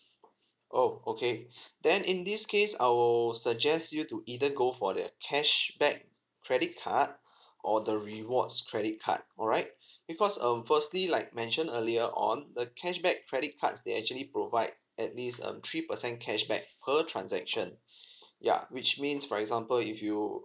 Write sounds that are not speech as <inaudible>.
oh okay <breath> then in this case I will suggest you to either go for the cashback credit card or the rewards credit card alright because um firstly like mention earlier on the cashback credit cards they actually provide at least um three percent cashback per transaction <breath> ya which means for example if you